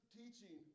teaching